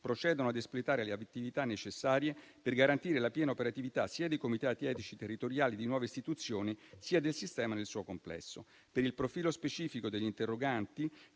procedono ad espletare le attività necessarie per garantire la piena operatività sia dei comitati etici territoriali di nuova istituzione, sia del sistema nel suo complesso. Per il profilo specifico degli interroganti,